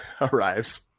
arrives